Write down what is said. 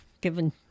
given